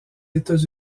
états